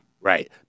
right